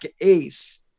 ace